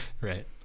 Right